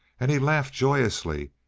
and he laughed joyously,